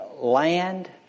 land